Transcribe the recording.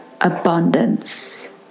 abundance